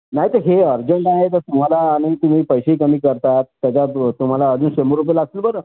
नाही तर हे अर्जंट आहे तर तुम्हाला आणि तुम्ही पैसेही कमी करतात त्याच्यात तुम्हाला अजून शंभर रुपये लागतील बरं